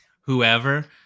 whoever